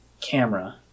camera